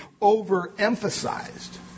overemphasized